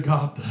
God